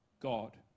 God